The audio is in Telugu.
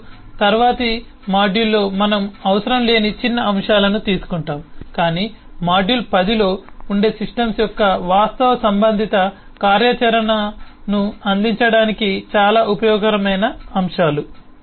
ఇప్పుడు తరువాతి మాడ్యూల్లో మనము అవసరం లేని చిన్న అంశాలను తీసుకుంటాము కాని మాడ్యూల్ 10 లో ఉండే సిస్టమ్ యొక్క వాస్తవ సంబంధిత కార్యాచరణను అందించడానికి చాలా ఉపయోగకరమైన అంశాలు